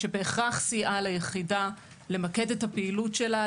שבהכרח סייעה ליחידה למקד את הפעילות שלה,